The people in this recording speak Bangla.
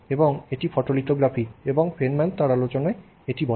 এবং এটি ফটোলিথোগ্রাফি এবং এটি ফেনম্যান তার আলোচনায় বলে